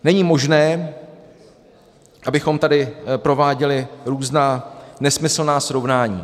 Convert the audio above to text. Není možné, abychom tady prováděli různá nesmyslná srovnání.